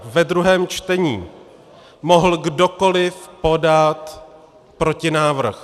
Ve druhém čtení mohl kdokoliv podat protinávrh.